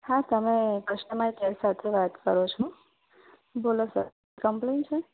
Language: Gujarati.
હા તમે કસ્ટમર કેર સાથે વાત કરો છો બોલો સર કંપલેન છે